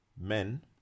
men